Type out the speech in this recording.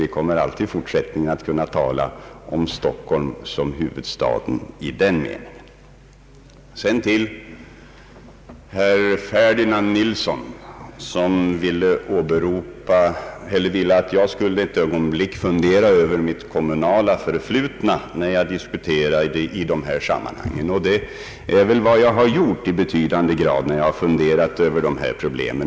Vi kommer alltid i fortsättningen att kunna tala om Stockholm som huvudstaden i den meningen. Herr Ferdinand Nilsson ville att jag ett ögonblick skulle fundera över mitt kommunala förflutna när jag diskuterar i dessa sammanhang. Det har jag gjort i betydande grad när jag behandlat dessa problem.